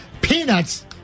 Peanuts